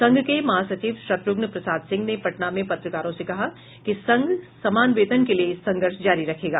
संघ के महासचिव शत्रुघ्न प्रसाद सिंह ने पटना में पत्रकारों से कहा कि संघ समान वेतन के लिये संघर्ष जारी रखेगा